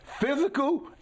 physical